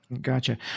Gotcha